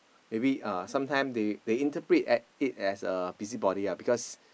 maybe uh sometime they they interpret at it as a busy body ah because